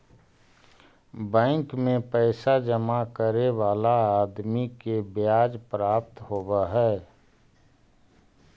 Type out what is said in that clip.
bank में पैसा जमा करे वाला आदमी के ब्याज प्राप्त होवऽ हई